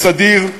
בסדיר,